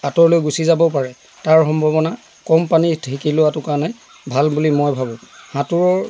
আঁতৰলৈ গুচি যাবও পাৰে তাৰ সম্ভাৱনা কম পানীত শিকি লোৱাটো কাৰণে ভাল বুলি মই ভাবোঁ সাঁতোৰৰ